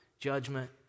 judgment